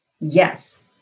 Yes